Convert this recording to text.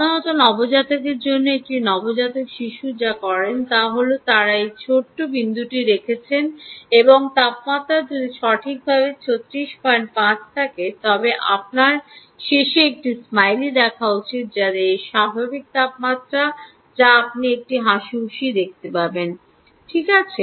সাধারণত নবজাতকের জন্য একটি নবজাতক শিশুরা যা করেন তারা হল তারা এই ছোট্ট বিন্দুটি রেখেছেন এবং তাপমাত্রা যদি সঠিকভাবে 365 থাকে তবে আপনার শেষে একটি স্মাইলি দেখা উচিত যা দেহের স্বাভাবিক তাপমাত্রা যা আপনি একটি হাসিখুশি দেখতে পাবেন ঠিক আছে